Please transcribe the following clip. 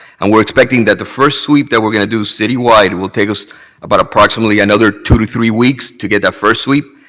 and we're expecting that the first sweep we're going to do citywide will take us about approximately another two to three weeks to get that first sweep.